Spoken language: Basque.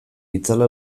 itzala